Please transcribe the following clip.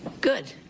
Good